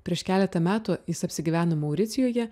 prieš keletą metų jis apsigyveno mauricijuje